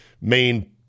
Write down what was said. main